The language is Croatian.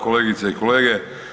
Kolegice i kolege.